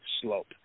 slope